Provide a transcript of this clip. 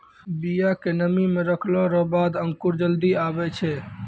बिया के नमी मे रखलो रो बाद अंकुर जल्दी आबै छै